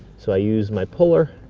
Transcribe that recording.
so i use my puller,